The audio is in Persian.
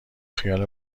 خیال